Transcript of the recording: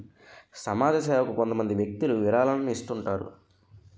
సమాజ సేవకు కొంతమంది వ్యక్తులు విరాళాలను ఇస్తుంటారు